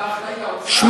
אתה אחראי לאוצר?